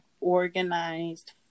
organized